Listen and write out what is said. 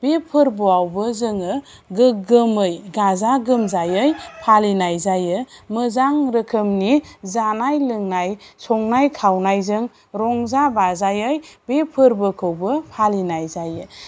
बे फोरबोआवबो जोङो गोग्गोमै गाजा गोमजायै फालिनाय जायो मोजां रोखोमनि जानाय लोंनाय संनाय खावनायजों रंजा बाजायै बे फोरबोखौबो फालिनाय जायो